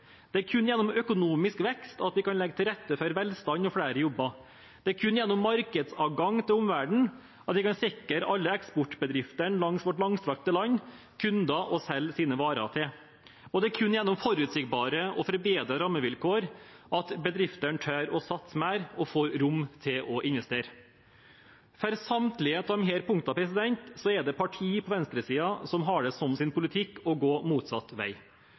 Det er kun gjennom økonomisk vekst vi kan legge til rette for velstand og flere jobber. Det er kun gjennom markedsadgang til omverdenen vi kan sikre alle eksportbedriftene langs vårt langstrakte land kunder å selge sine varer til. Og det er kun gjennom forutsigbare og forbedrede rammevilkår bedriftene tør å satse mer og får rom til å investere. For samtlige av disse punktene er det partier på venstresiden som har det som sin politikk å gå motsatt vei.